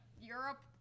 Europe